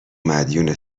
مدیون